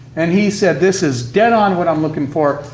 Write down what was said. and he said, this is dead-on what i'm looking for.